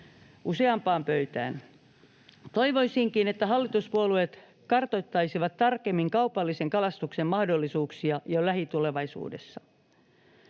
useampaan pöytään. Toivoisinkin, että hallituspuolueet kartoittaisivat tarkemmin kaupallisen kalastuksen mahdollisuuksia jo lähitulevaisuudessa.